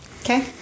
Okay